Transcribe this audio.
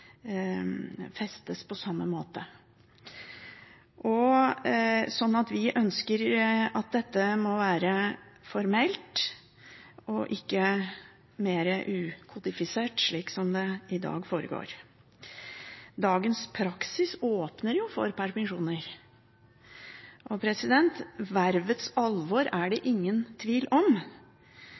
festes på samme måte. Vi ønsker at dette må være formelt og ikke mer ukodifisert, slik det i dag er. Dagens praksis åpner jo for permisjoner. Vervets alvor er det ingen tvil om.